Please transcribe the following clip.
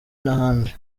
n’ahandi